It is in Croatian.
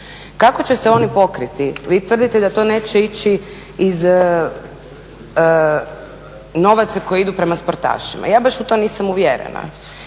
Kako će se oni pokriti? Vi tvrdite da to neće ići iz novaca koji idu prema sportašima. Ja baš u to nisam uvjerena